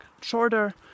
shorter